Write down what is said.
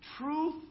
Truth